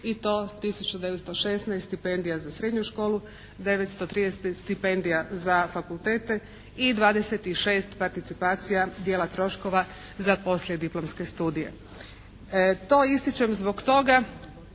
i to 1916 stipendija za srednju školu, 930 stipendija za fakultete i 26 participacija dijela troškova za poslije diplomske studije. To ističem zbog toga